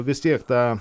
vis tiek tą